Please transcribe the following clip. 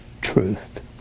truth